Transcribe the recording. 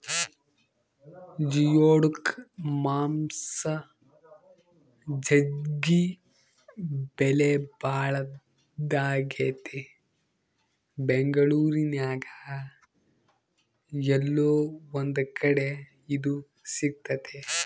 geoduck ಮಾಂಸ ಜಗ್ಗಿ ಬೆಲೆಬಾಳದಾಗೆತೆ ಬೆಂಗಳೂರಿನ್ಯಾಗ ಏಲ್ಲೊ ಒಂದು ಕಡೆ ಇದು ಸಿಕ್ತತೆ